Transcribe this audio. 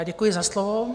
Děkuji za slovo.